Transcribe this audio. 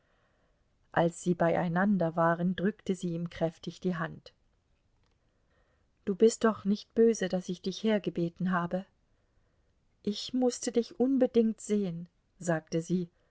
als sie beieinander waren drückte sie ihm kräftig die hand du bist doch nicht böse daß ich dich hergebeten habe ich mußte dich unbedingt sehen sagte sie